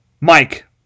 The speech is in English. Mike